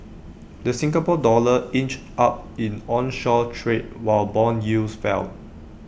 the Singapore dollar inched up in onshore trade while Bond yields fell